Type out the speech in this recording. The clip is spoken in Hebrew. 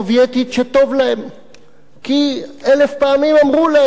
כי אלף פעמים אמרו להם שזה האושר הסובייטי.